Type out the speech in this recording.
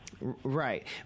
Right